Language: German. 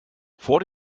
vor